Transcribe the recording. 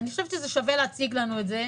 אני חושבת ששווה להציג לנו את זה.